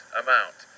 amount